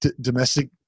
domestic